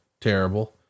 terrible